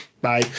Bye